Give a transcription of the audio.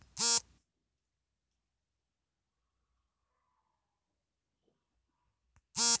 ಜಲವಾಸಿ ಕಳೆ ಕುಯ್ಯುವ ಯಂತ್ರಗಳು ಕ್ರೇನ್, ಪಂಪ್ ಗಳ ಮೂಲಕ ಕಳೆ ಕುಚ್ಚಿ ದಡಕ್ಕೆ ತಂದು ಹಾಕುತ್ತದೆ